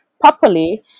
properly